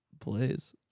plays